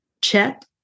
check